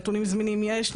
נתונים זמינים יש,